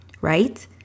right